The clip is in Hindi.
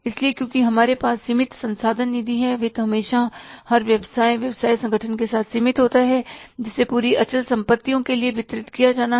इसलिए क्योंकि हमारे पास सीमित संसाधन निधि है वित्त हमेशा हर व्यवसाय व्यवसाय संगठन के साथ सीमित होता है जिसे पूरी अचल संपत्तियों के लिए वितरित किया जाना है